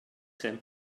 him